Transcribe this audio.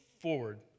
forward